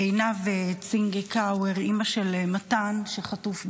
עינב צנגאוקר, אימא של מתן, שחטוף בעזה,